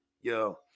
Yo